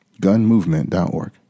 gunmovement.org